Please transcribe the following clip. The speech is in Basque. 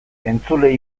entzule